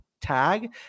tag